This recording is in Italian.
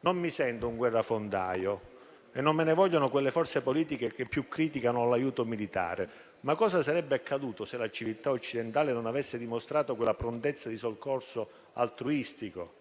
Non mi sento un guerrafondaio e non me ne vogliano quelle forze politiche che più criticano l'aiuto militare; ma cosa sarebbe accaduto se la civiltà occidentale non avesse dimostrato quella prontezza di soccorso altruistico,